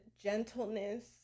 gentleness